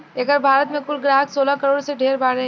एकर भारत मे कुल ग्राहक सोलह करोड़ से ढेर बारे